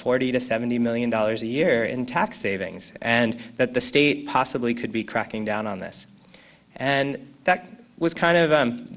forty to seventy million dollars a year in tax savings and that the state possibly could be cracking down on this and that was kind of